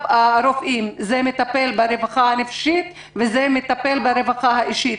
הרופאים זה מטפל ברווחה הנפשית וזה מטפל ברווחה האישית.